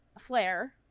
flare